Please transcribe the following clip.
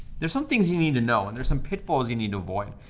there's some things you need to know, and there's some pitfalls you need to avoid.